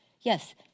Yes